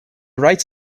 writes